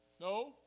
No